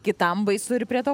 kitam baisu ir prie to